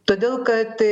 todėl kad